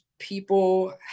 People